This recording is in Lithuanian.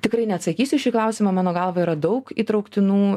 tikrai neatsakysiu į šį klausimą mano galva yra daug įtrauktinų